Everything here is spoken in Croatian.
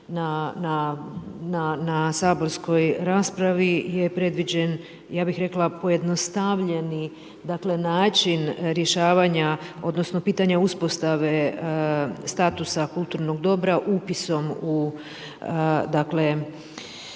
na saborskoj raspravi je predviđen, ja bi rekla pojednostavljeni način rješavanja odnosno pitanja uspostave statusa kulturnog dobra u